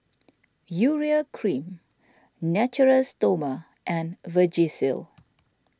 Urea Cream Natura Stoma and Vagisil